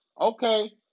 Okay